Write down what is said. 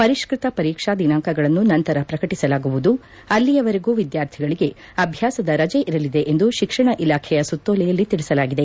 ಪರಿಷ್ಣತ ಪರೀಕ್ಷೆ ದಿನಾಂಕಗಳನ್ನು ನಂತರ ಪ್ರಕಟಿಸಲಾಗುವುದು ಅಲ್ಲಿಯವರೆಗೂ ವಿದ್ವಾರ್ಥಿಗಳಿಗೆ ಅಭ್ವಾಸದ ರಜೆ ಇರಲಿದೆ ಎಂದು ಶಿಕ್ಷಣ ಇಲಾಖೆಯ ಸುತ್ತೋಲೆಯಲ್ಲಿ ತಿಳಿಸಲಾಗಿದೆ